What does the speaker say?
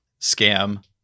Scam